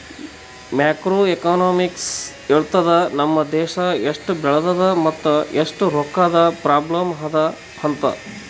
macro economics ಹೇಳ್ತುದ್ ನಮ್ ದೇಶಾ ಎಸ್ಟ್ ಬೆಳದದ ಮತ್ ಎಸ್ಟ್ ರೊಕ್ಕಾದು ಪ್ರಾಬ್ಲಂ ಅದಾ ಅಂತ್